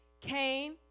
Cain